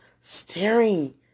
staring